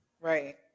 Right